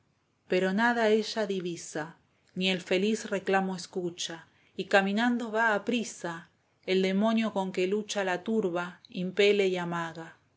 pero nada ella divisa ni el feliz reclamo escucha y caminando va a prisa el demonio con que lucha la cauflva la turba impele y amaga